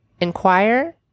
inquire